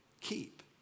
keep